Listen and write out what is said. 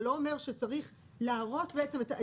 זה לא אומר שצריך להרוס את כל החקיקה.